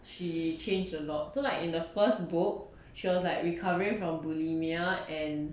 she change a lot so like in the first book she was like recovering from bulimia and